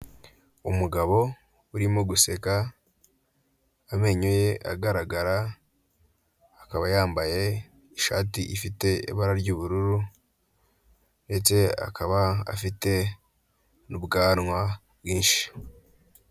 Umugabo urimo guseka, amenyo ye agaragara, akaba yambaye ishati ifite ibara ry'ubururu, ndetse akaba afite n'ubwanwa bwinshi.